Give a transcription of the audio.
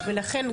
לכן,